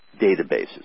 databases